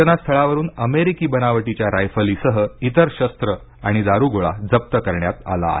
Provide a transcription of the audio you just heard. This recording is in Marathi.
घटनास्थळावरून अमेरिकी बनावटीच्या रायफलीसह इतर शस्त्र आणि दारुगोळा जप्त करण्यात आला आहे